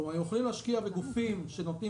כלומר הם יכולים להשקיע בגופים שנותנים